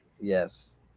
Yes